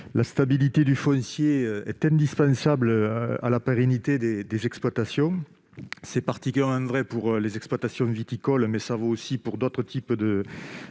la stabilité du foncier étant indispensable à la pérennité des exploitations. C'est particulièrement vrai pour les exploitations viticoles, mais cela vaut aussi pour d'autres types de